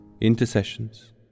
Intercessions